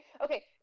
Okay